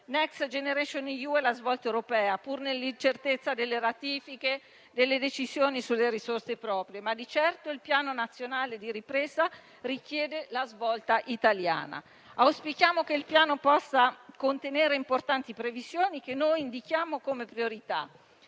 Next generation EU e la svolta europea, pur nell'incertezza delle ratifiche delle decisioni sulle risorse proprie, ma di certo il Piano nazionale di ripresa richiede la svolta italiana. Auspichiamo che il Piano possa contenere importanti previsioni, che indichiamo come priorità: